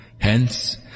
Hence